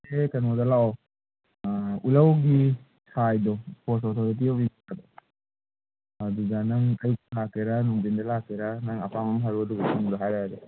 ꯀꯩꯅꯣꯗ ꯂꯥꯛꯑꯣ ꯎꯂꯧꯒꯤ ꯁꯥꯏꯗꯣ ꯏꯁꯄꯣꯔꯠꯁ ꯑꯣꯊꯣꯔꯤꯇꯤ ꯑꯣꯐ ꯏꯟꯗꯤꯌꯥꯗꯣ ꯑꯗꯨꯗ ꯅꯪ ꯑꯌꯨꯛ ꯂꯥꯛꯀꯦꯔ ꯅꯨꯡꯊꯤꯟꯗ ꯂꯥꯛꯀꯦꯔ ꯅꯪ ꯄꯥꯝꯕ ꯑꯃ ꯍꯥꯏꯔꯛꯑꯣ ꯑꯗꯨꯒ ꯄꯨꯡꯗꯣ ꯍꯥꯏꯔꯛꯑꯒꯦ